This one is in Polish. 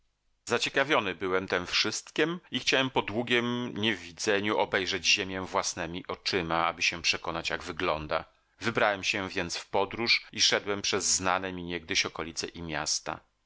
zaciekawiony byłem tem wszystkiem i chciałem po długiem niewidzeniu obejrzeć ziemię własnemi oczyma aby się przekonać jak wygląda wybrałem się więc w podróż i szedłem przez znane mi niegdyś okolice i miasta